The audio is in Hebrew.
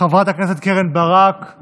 חברת הכנסת קרן ברק,